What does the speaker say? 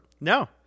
No